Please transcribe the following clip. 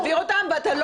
אז תעזוב, בבקשה, את החדר.